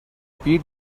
beat